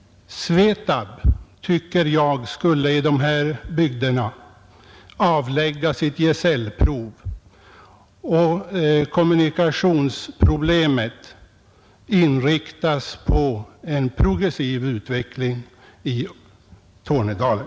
Jag tycker att Svetab borde avlägga sitt gesällprov i dessa bygder och att kommunikationerna borde inriktas på en progressiv utveckling i Tornedalen.